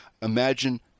Imagine